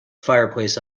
fireplace